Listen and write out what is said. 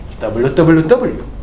www